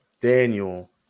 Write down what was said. Daniel